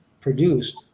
produced